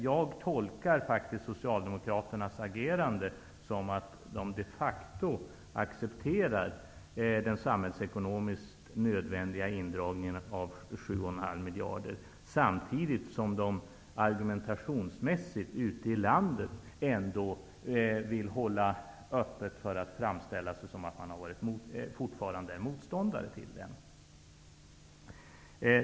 Jag tolkar Socialdemokraternas agerande så, att dessa de facto accepterar den samhällsekonomiskt nödvändiga indragningen av 7,5 miljarder, samtidigt som de i argumentationen ute i landet fortfarande vill framställa sig som motståndare till indragningen. Herr talman!